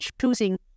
choosing